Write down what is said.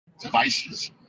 devices